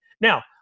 Now